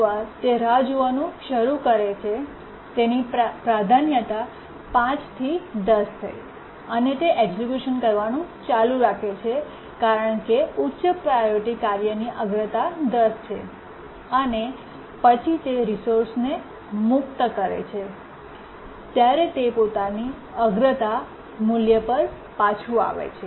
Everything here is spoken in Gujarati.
એકવાર તે રાહ જોવાનું શરૂ કરે છે તેની પ્રાધાન્યતા 5 થી 10 થઇઅને તે એક્સક્યૂશન કરવાનું ચાલુ રાખે છે કારણ કે ઉચ્ચ પ્રાયોરિટી કાર્યની અગ્રતા 10 છે અને પછી તે રિસોર્સને મુક્ત કરે છે ત્યારે તે તેની પોતાની અગ્રતા મૂલ્ય પર પાછું આવે છે